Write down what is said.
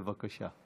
בבקשה.